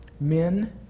men